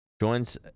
Joins